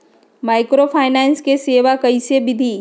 Microfinance के सेवा कइसे विधि?